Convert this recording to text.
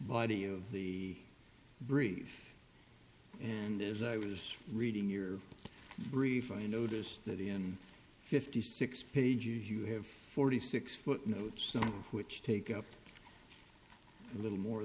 body of the brief and as i was reading your brief i noticed that in fifty six pages you have forty six footnotes some of which take up a little more